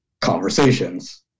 conversations